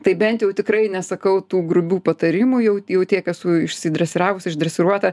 tai bent jau tikrai nesakau tų grubių patarimų jau jau tiek esu išsidresiravus išdresiruota